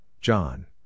John